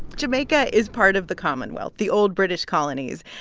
jamaica is part of the commonwealth, the old british colonies,